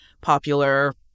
popular